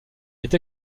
est